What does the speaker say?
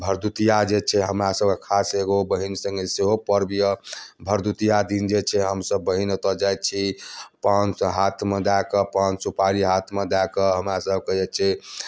भरदुतिआ जे छै हमरा सबकऽ खास एगो बहिन सङ्गे सेहो पर्व यऽ भरदुतिआ दिन जे छै हमसब बहिन ओतऽ जाइत छी पानसँ हाथमे दए कऽ पानसुपारी हाथमे दए कऽ हमरासबके जे छै